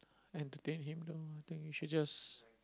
entertain him though I think you should just